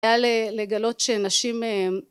היה לגלות שנשים